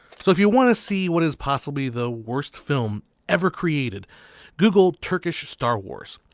so if you want to see what is possibly the worst film ever created google turkish star wars.